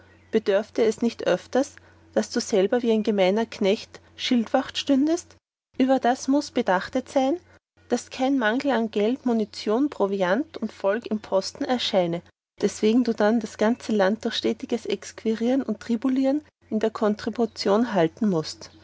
bedörfte es nicht öfters daß du selber wie ein gemeiner knecht schildwacht stündest überdas mußt du bedacht sein daß kein mangel an geld munition proviant und volk im posten erscheine deswegen du dann das ganze land durch stetiges exequieren und tribulieren in der kontribution erhalten mußt